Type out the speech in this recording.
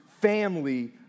family